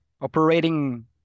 operating